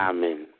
Amen